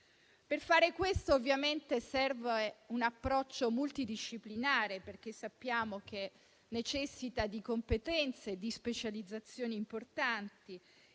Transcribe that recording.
Per fare questo, ovviamente, serve un approccio multidisciplinare, perché sappiamo che necessita di competenze e di specializzazioni importanti